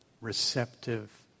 receptive